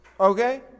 Okay